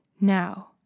Now